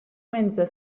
menja